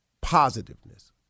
positiveness